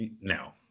No